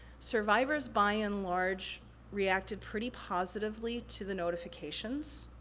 survivors by and large reacted pretty positively to the notifications.